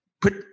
Put